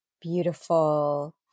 beautiful